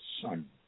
son